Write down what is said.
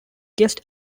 guest